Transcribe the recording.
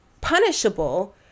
punishable